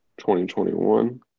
2021